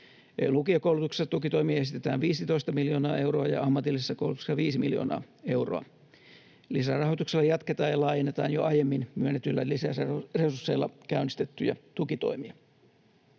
Lukiokoulutuksessa tukitoimia esitetään 15 miljoonaa euroa ja ammatillisessa koulutuksessa 5 miljoonaa euroa. Lisärahoituksella jatketaan ja laajennetaan jo aiemmin myönnetyillä lisäresursseilla käynnistettyjä tukitoimia.